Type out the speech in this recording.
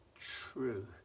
true